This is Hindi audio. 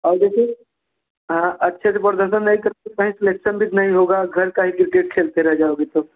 और जैसे हाँ अच्छे से नहीं करते कहीं सेलेक्शन भी नहीं होगा घर का ही क्रिकेट खेलते रह जाओगे तब